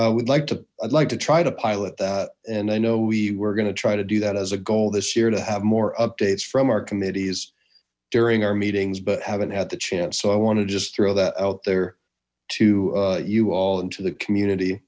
we'd like to i'd like to try to pilot that and i know we we're gonna try to do that as a goal this year to have more updates from our committees during our meetings but haven't had the chance so i want to just throw that out there to you all and to the community